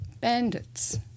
bandits